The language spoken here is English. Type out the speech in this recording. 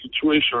situation